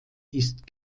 ist